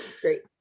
Great